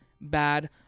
bad